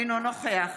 אינו נוכח